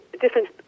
different